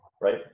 Right